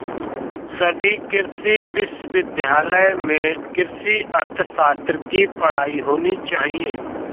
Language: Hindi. सभी कृषि विश्वविद्यालय में कृषि अर्थशास्त्र की पढ़ाई होनी चाहिए